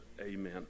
amen